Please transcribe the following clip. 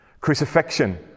Crucifixion